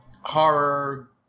horror